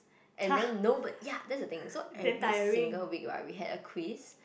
and then no but ya that's the thing so every single week right we had a quiz